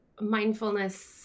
mindfulness